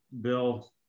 Bill